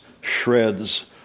shreds